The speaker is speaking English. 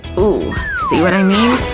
oooh, see what i mean?